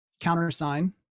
countersign